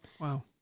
Wow